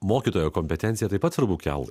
mokytojo kompetenciją taip pat svarbu kelti